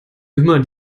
immer